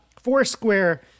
Foursquare